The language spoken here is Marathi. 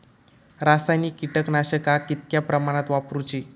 रासायनिक कीटकनाशका कितक्या प्रमाणात वापरूची?